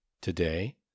Today